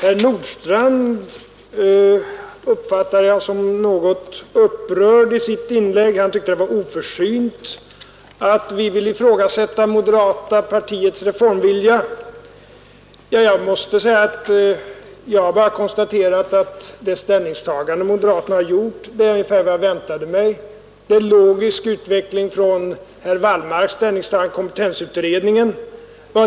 Fru talman! Herr Nordstrandh var något upprörd i sitt inlägg. Han tyckte det var oförsynt att vi ville ifrågasätta moderata samlingspartiets reformvilja. Jag har bara konstaterat att det ställningstagande som moderaterna har gjort var ungefär vad jag väntade mig och ett logiskt fullföljande av herr Wallmarks ställningstagande i kompetensutredningen.